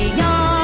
young